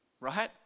Right